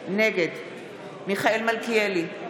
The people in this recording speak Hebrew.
נגד מיכאל מלכיאלי,